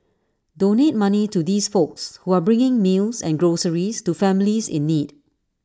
donate money to these folks who are bringing meals and groceries to families in need